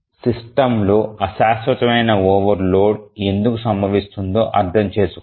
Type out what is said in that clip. system లో అశాశ్వతమైన overload ఎందుకు సంభవిస్తుందో అర్థం చేసుకుందాం